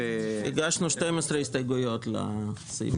הגשנו 12 הסתייגויות לסעיף הזה.